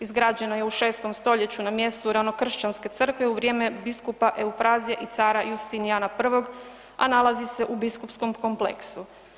Izgrađena je u 6. stoljeću na mjestu … kršćanske crkve u vrijeme biskupa Eufrazije i cara Justinijana I., a nalazi se u biskupskom kompleksu.